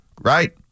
Right